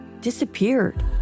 disappeared